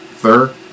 sir